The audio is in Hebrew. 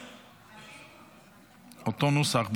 אותו נוסח,